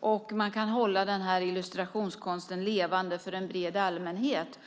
På så sätt kan man hålla denna illustrationskonst levande för en bred allmänhet.